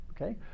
okay